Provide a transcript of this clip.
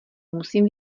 musím